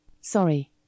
Sorry